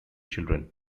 children